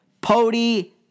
Pody